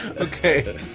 Okay